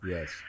Yes